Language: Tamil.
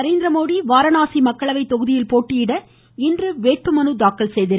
நரேந்திரமோடி வாரணாசி மக்களவை தொகுதியில் போட்டியிட இன்று வேட்புமனு தாக்கல் செய்தார்